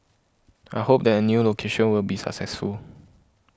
I hope that a new location will be successful